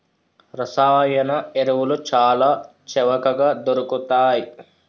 రసాయన ఎరువులు చాల చవకగ దొరుకుతయ్